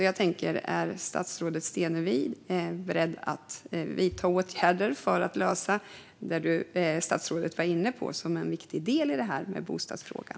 Jag undrar om statsrådet Stenevi är beredd att vidta åtgärder för att lösa det hon var inne på som en viktig del i det här med bostadsfrågan.